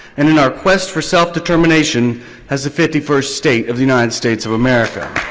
and in our request for self-determination as a fifty first state of the united states of america.